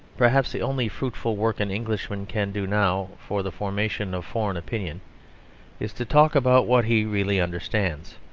perhaps the only, fruitful work an englishman can do now for the formation of foreign opinion is to talk about what he really understands,